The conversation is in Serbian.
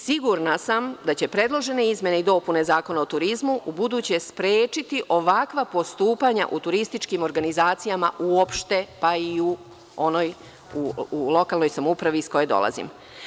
Sigurna sam da će predložene izmene i dopune Zakona o turizmu, ubuduće sprečiti ovakva postupanja u turističkim organizacijama uopšte, pa i u lokalnoj samoupravi iz koje dolazim.